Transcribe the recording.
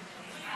48 נגד,